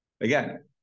Again